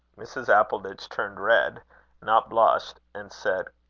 mrs. appleditch turned red not blushed, and said,